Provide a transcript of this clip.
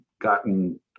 gotten